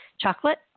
chocolate